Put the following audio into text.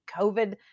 COVID